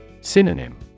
Synonym